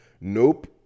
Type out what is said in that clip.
Nope